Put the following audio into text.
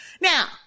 Now